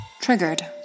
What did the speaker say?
Triggered